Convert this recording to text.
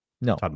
No